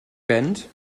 fynd